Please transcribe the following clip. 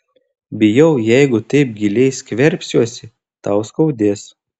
bijau jeigu taip giliai skverbsiuosi tau skaudės